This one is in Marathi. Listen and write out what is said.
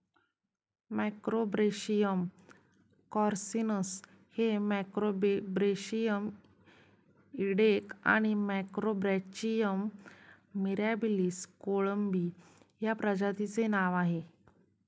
मॅक्रोब्रेशियम कार्सिनस हे मॅक्रोब्रेशियम इडेक आणि मॅक्रोब्रॅचियम मिराबिलिस कोळंबी या प्रजातींचे नाव आहे